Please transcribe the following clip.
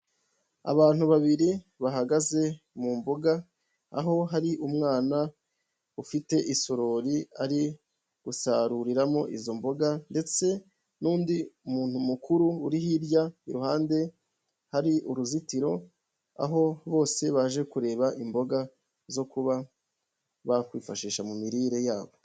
Abantu babiri bahagaze mu mbuga aho hari umwana ufite isorori bari gusaruriramo izo mboga ndetse n'undi muntu mukuru uri hirya iruhande hari uruzitiro aho bose baje kureba imboga zo kuba bakwifashisha mu mirire yabo.